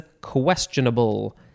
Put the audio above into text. questionable